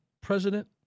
president